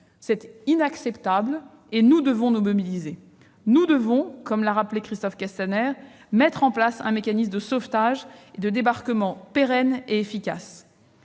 C'est inacceptable ! Nous devons nous mobiliser et, comme l'a rappelé Christophe Castaner, mettre en place un mécanisme de sauvetage et de débarquement efficace